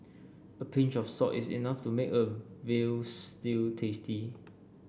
a pinch of salt is enough to make a veal stew tasty